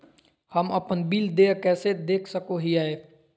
हम अपन बिल देय कैसे देख सको हियै?